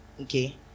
Okay